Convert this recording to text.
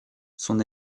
son